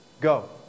Go